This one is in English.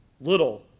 little